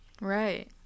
Right